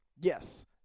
Yes